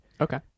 Okay